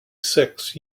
sex